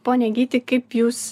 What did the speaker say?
pone gyti kaip jūs